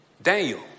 Daniel